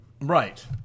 Right